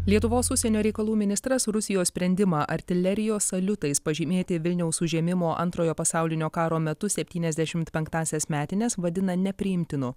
lietuvos užsienio reikalų ministras rusijos sprendimą artilerijos saliutais pažymėti vilniaus užėmimo antrojo pasaulinio karo metu septyniasdešimt penktąsias metines vadina nepriimtinu